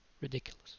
ridiculous